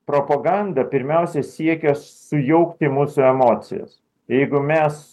propaganda pirmiausia siekia sujaukti mūsų emocijas jeigu mes